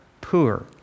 poor